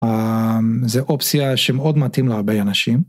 זה אופציה שמאוד מתאים להרבה אנשים.